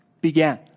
began